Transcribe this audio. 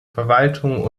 verwaltung